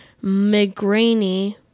migraine